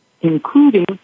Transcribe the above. including